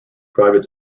private